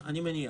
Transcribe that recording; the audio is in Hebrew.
אני מניח.